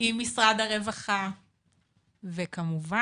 עם משרד הרווחה וכמובן,